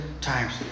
times